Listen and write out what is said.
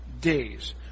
days